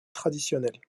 traditionnel